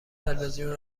تلویزیون